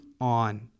on